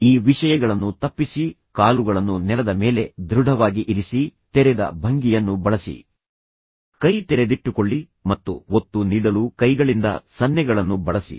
ಈ ವಿಷಯಗಳನ್ನು ತಪ್ಪಿಸಿ ಕಾಲುಗಳನ್ನು ನೆಲದ ಮೇಲೆ ದೃಢವಾಗಿ ಇರಿಸಿ ತೆರೆದ ಭಂಗಿಯನ್ನು ಬಳಸಿ ಕೈ ತೆರೆದಿಟ್ಟುಕೊಳ್ಳಿ ಮತ್ತು ಒತ್ತು ನೀಡಲು ಕೈಗಳಿಂದ ಸನ್ನೆಗಳನ್ನು ಬಳಸಿ